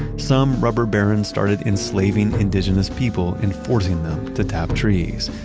some rubber barons started enslaving indigenous people and forcing them to tap trees.